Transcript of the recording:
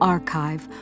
Archive